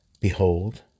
behold